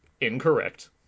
Incorrect